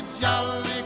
jolly